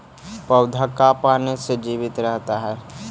पौधा का पाने से जीवित रहता है?